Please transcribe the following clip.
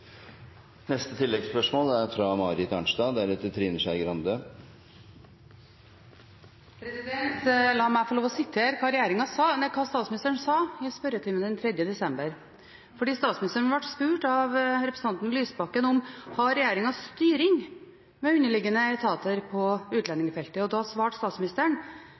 Marit Arnstad – til oppfølgingsspørsmål. La meg få lov til å sitere hva statsministeren sa i spørretimen den 3. desember. Statsministeren ble spurt av representanten Helga Pedersen om regjeringen hadde styring med underliggende etater på utlendingsfeltet. Da svarte statsministeren: